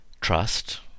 trust